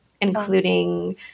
including